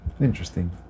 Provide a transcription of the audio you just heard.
Interesting